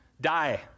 die